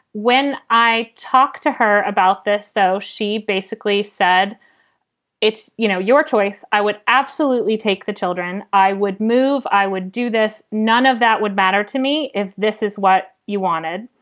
when i talk to her about this, though, she basically said it's you know your choice. i would absolutely take the children. i would move. i would do this. none of that would matter to me if this is what you wanted.